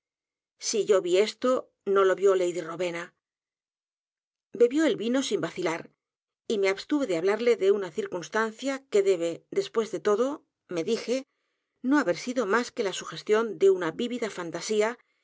si yo vi esto no lo vio lady rowena bebió el vino sin vacilar y me abstuve de hablarle de una circunstancia que debe después de todo me dije no haber sido más que la sugestión de una vivida fantasía